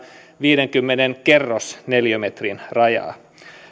viidenkymmenen kerrosneliömetrin rajaa